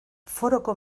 foroko